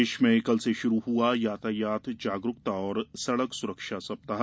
प्रदेश में कल से शुरू हुआ यातायात जागरूकता और सड़क सुरक्षा सप्ताह